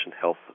health